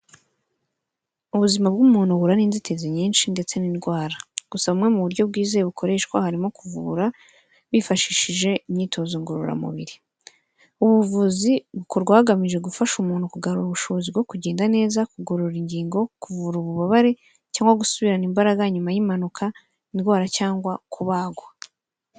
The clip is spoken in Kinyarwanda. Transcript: Ubuzima bw'umuntu buramo inzitizi nyinshi ndetse n'indwara. Gusa mu bumwe mu buryo bwizewe bukoreshwa harimo kuvura, bifashishije imyitozo ngororamubiri. Ubu buvuzi bukorwa hagamije gufasha umuntu kugarura ubushobozi bwo kugenda neza, kugorora ingingo, kuvura ububabare, cyangwa gusubirana imbaraga nyuma y'impanuka, indwara cyangwa kubagwa.